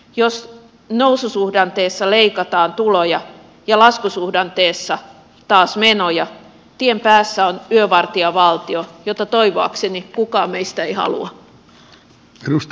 jos noususuhdanteessa leikataan tuloja ja laskusuhdanteessa taas menoja tien päässä on yövartijavaltio jota toivoakseni kukaan meistä ei halua